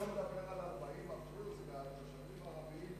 למה אתה לא מדבר על 40% מהתושבים הערבים